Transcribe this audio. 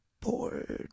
bored